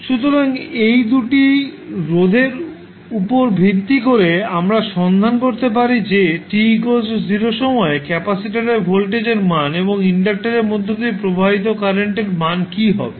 সুতরাং এই 2 টি রোধের উপর ভিত্তি করে আমরা সন্ধান করতে পারি যে t 0 সময়ে ক্যাপাসিটরের ভোল্টেজের মান এবং ইন্ডাক্টারের মধ্য দিয়ে প্রবাহিত কারেন্টের মান কী হবে